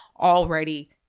already